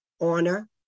honor